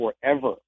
forever